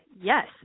yes